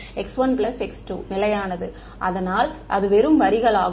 x1 x2நிலையானது அதனால் அது வெறும் வரிகள் ஆகும்